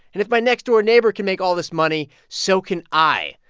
and if my next-door neighbor can make all this money, so can i.